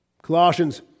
Colossians